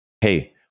Hey